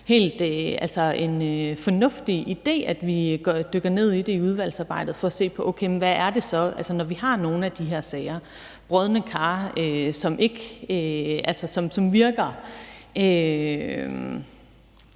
det er en helt fornuftig idé at dykke ned i det i udvalgsarbejdet for at se på, hvad det så er, når vi har nogle af de her sager med brodne kar, som man